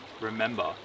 remember